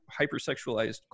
hypersexualized